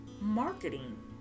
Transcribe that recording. marketing